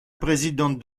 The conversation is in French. présidente